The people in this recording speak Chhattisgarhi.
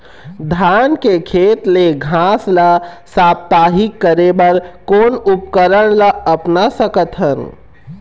धान के खेत ले घास ला साप्ताहिक करे बर कोन उपकरण ला अपना सकथन?